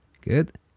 good